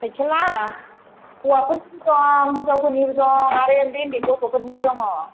साइकेलआ हौवाफोरनि दं हिन्जावफोरनिबो दं आरो उन्दै उन्दै गथ'फोरनिबो दङ